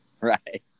Right